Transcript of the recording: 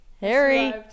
Harry